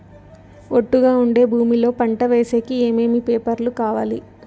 ఒట్టుగా ఉండే భూమి లో పంట వేసేకి ఏమేమి పేపర్లు కావాలి?